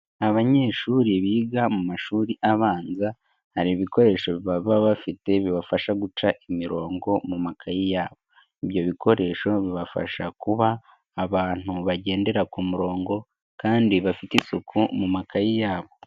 Abanyeshuri biga mu mashuri abanza, hari ibikoresho baba bafite bibafasha guca imirongo mu makaye yayo, ibyo bikoresho bibafasha kuba abantu bagendera ku murongo, kandi bafite isuku mu makaye yabo.